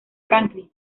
franklin